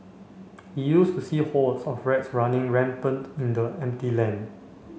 he used to see hordes of rats running rampant in the empty land